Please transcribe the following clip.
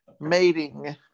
mating